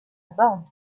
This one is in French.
bande